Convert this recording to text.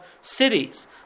cities